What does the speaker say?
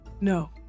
No